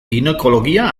ginekologia